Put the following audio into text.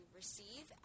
receive